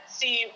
see